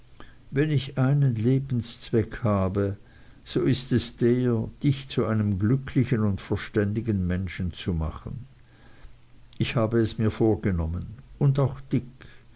wenn ich einen lebenszweck habe so ist es der dich zu einem glücklichen und verständigen menschen zu machen ich habe es mir vorgenommen und auch dick